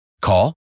Call